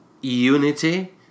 Unity